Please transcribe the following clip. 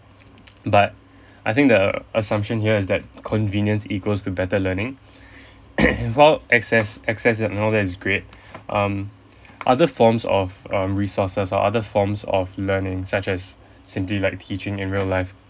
but I think the assumption here is that convenience equals to better learning while access access and all that is great um other forms of um resources or other forms of learning such as simply like teaching in real life